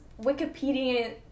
Wikipedia